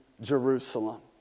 Jerusalem